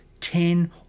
ten